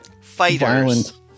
Fighters